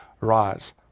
rise